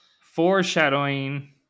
Foreshadowing